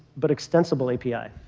but extensible, api.